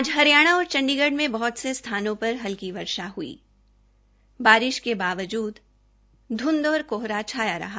आज हरियाणा और चण्डीगढ में बहत से स्थानों पर हलकी वर्षा हई बारिश के बावजूद धृंध और कोहरा छाया रहा